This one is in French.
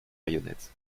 baïonnettes